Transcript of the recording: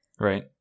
Right